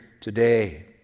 today